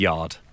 Yard